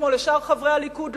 כמו לשאר חברי הליכוד,